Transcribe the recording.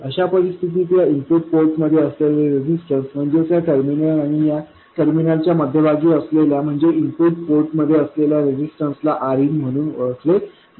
अशा परिस्थितीत या इनपुट पोर्ट मध्ये असलेले रेजिस्टन्स म्हणजेच या टर्मिनल आणि या टर्मिनलच्या मध्यभागी असलेल्या म्हणजे इनपुट पोर्टमध्ये असलेल्या रेजिस्टन्स ला Rin म्हणून ओळखले जाते